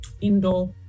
indoor